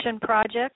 Project